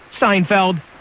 Seinfeld